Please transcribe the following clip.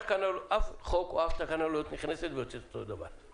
אף חוק או אף תקנה לא נכנסת ויוצאת אותו דבר.